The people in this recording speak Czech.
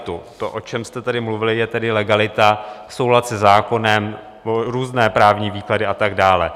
To, o čem jste tady mluvili, je legalita, soulad se zákonem, různé právní výklady a tak dále.